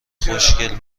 خوشگل